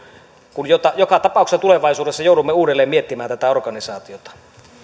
kun joka tapauksessa tulevaisuudessa joudumme uudelleen miettimään tätä organisaatiota